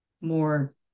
more